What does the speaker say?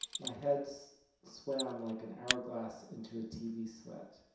my head so swam like an hourglass into a tv sweat.